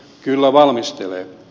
kyllä valmistelee